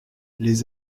les